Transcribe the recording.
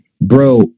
Bro